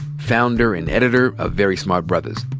founder and editor of very smart brothas.